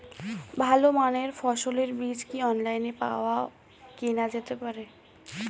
ভালো মানের ফসলের বীজ কি অনলাইনে পাওয়া কেনা যেতে পারে?